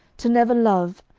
to never love,